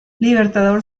libertador